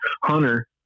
hunter